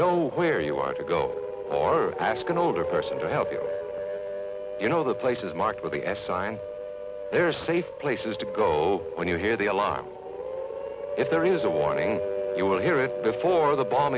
know where you are to go or ask an older person to help you know the places marked with a s i and there are safe places to go when you hear the alarm if there is a warning you will hear it before the bomb